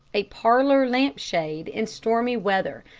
a parlor-lamp-shade in stormy weather,